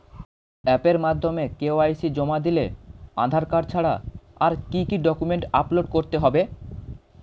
অ্যাপের মাধ্যমে কে.ওয়াই.সি জমা দিলে আধার কার্ড ছাড়া আর কি কি ডকুমেন্টস আপলোড করতে হবে?